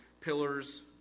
pillars